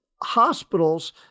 hospitals